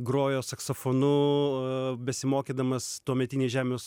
grojo saksofonu besimokydamas tuometinėj žemės